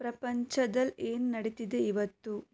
ಪ್ರಪಂಚದಲ್ಲಿ ಏನು ನಡೀತಿದೆ ಇವತ್ತು